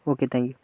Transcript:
okay thank you